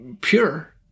pure